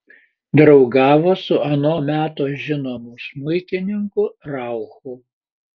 draugavo su ano meto žinomu smuikininku rauchu